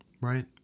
Right